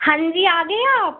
हाँ जी आ गए आप